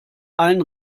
allen